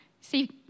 See